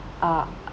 ah